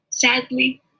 Sadly